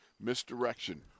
misdirection